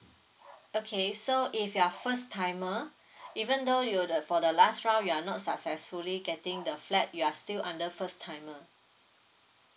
okay so if you are first timer even though you the for the last round we are not successfully getting the flat you are still under first timer